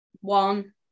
one